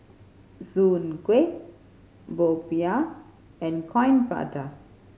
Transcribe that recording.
Soon Kuih popiah and Coin Prata